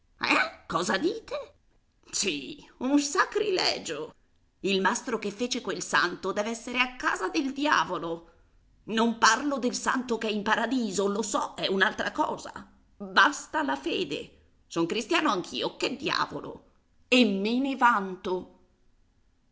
eh cosa dite sì un sacrilegio il mastro che fece quel santo dev'essere a casa del diavolo non parlo del santo ch'è in paradiso lo so è un'altra cosa basta la fede son cristiano anch'io che diavolo e me ne vanto